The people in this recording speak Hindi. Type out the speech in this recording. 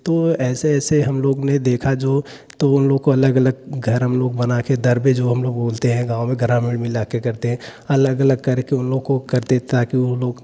तो ऐसे ऐसे हम लोगों ने देखा जो तो उन लोगों को अलग अलग घर हम लोग बनाकर दरबे जो हम लोग बोलते हैं गाँव में ग्रामीण मिलाके करते हैं अलग अलग करके उन लोगों को कर दे ताकि वो लोग